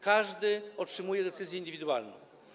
Każdy otrzymuje decyzję indywidualną.